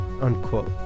unquote